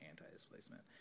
anti-displacement